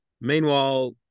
Meanwhile